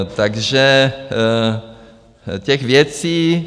Takže těch věcí...